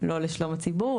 לא לשלום הציבור,